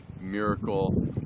miracle